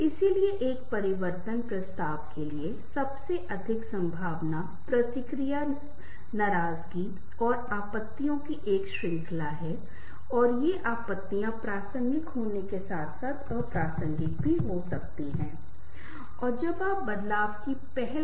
इसलिए मैं कहता हूँ जो लोग अपने जीवन में भाग्यशाली हैं उनके पास वास्तव में 2 3 अच्छे या सच्चे दोस्त होते हैं जो वास्तव में हमारी मदद करने के लिए हर समय तैयार हैं भले ही आपने कुछ गलतियां की हों वे आपके साथ खड़े रहेंगे और भागेंगे नहीं